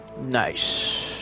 Nice